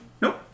Nope